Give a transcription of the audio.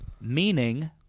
Meaning